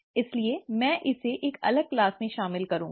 इसलिए मैं इसे एक अलग क्लास में शामिल करूंगी